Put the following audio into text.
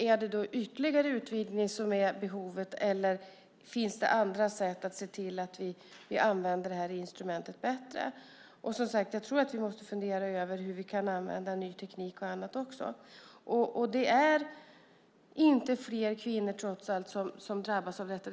Är det då ytterligare utvidgning som behövs, eller finns det andra sätt att se till att vi använder det här instrumentet bättre? Och som sagt: Jag tror att vi måste fundera över hur vi kan använda ny teknik och annat också. Det är trots allt inte fler kvinnor som drabbas av detta.